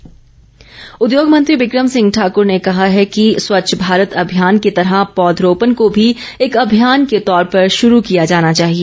बिक्रम ठाकुर उद्योग मंत्री बिक्रम सिंह ठाकूर ने कहा है कि स्वच्छ भारत अभियान की तरह पौधरोपण को भी एक अभियान के तौर पर शुरू किया जाना चाहिए